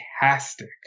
fantastic